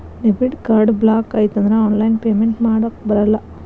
debit card block ಆಯ್ತಂದ್ರ online payment ಮಾಡಾಕಬರಲ್ಲ